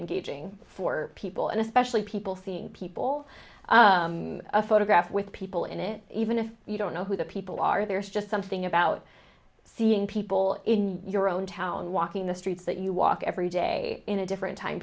engaging for people and especially people seeing people a photograph with people in it even if you don't know who the people are there is just something about seeing people in your own town walking the streets that you walk every day in a different time